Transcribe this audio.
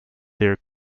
their